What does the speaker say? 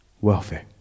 welfare